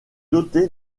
dotée